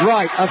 Right